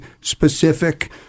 specific